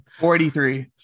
483